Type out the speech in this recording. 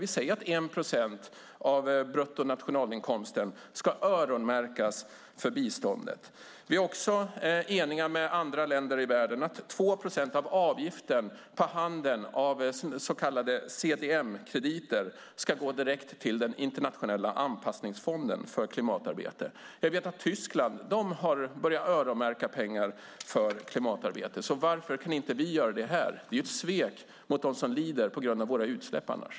Vi säger att 1 procent av bruttonationalinkomsten ska öronmärkas för biståndet. Vi är också eniga med andra länder i världen om att 2 procent av avgiften för handeln med så kallade CDM-krediter ska gå direkt till den internationella anpassningsfonden för klimatarbete. Jag vet att Tyskland har börjat öronmärka pengar för klimatarbete, så varför kan inte vi göra det här? Det är ett svek mot dem som lider på grund av våra utsläpp annars.